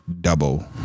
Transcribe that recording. double